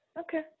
Okay